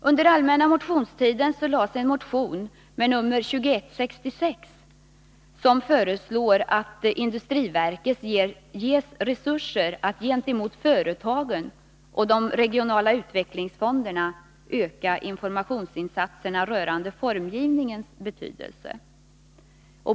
Under allmänna motionstiden väcktes en motion med nr 2166, där det föreslogs att industriverket ges resurser att gentemot företagen och de regionala utvecklingsfonderna öka informationsinsatserna rörande formgivningens betydelse.